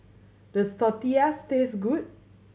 does Tortillas taste good